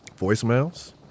voicemails